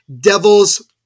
Devils